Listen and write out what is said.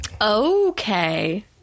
Okay